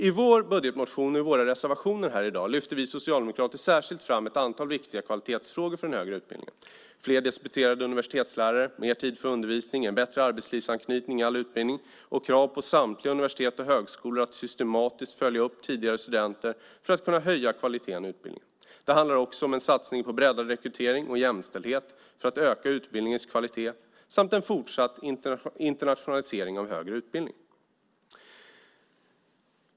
I vår budgetmotion och med våra reservationer här i dag lyfter vi socialdemokrater särskilt fram ett antal viktiga kvalitetsfrågor för den högre utbildningen: fler disputerade universitetslärare, mer tid för undervisning, bättre arbetslivsanknytning i all utbildning och krav på samtliga universitet och högskolor att systematiskt följa upp tidigare studenter för att kunna höja kvaliteten i utbildningen. Det handlar också om en satsning på breddad rekrytering och jämställdhet för att öka utbildningens kvalitet samt en fortsatt internationalisering av högre utbildning.